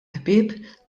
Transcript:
ħbieb